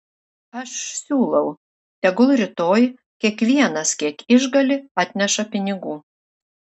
aš siūlau tegul rytoj kiekvienas kiek išgali atneša pinigų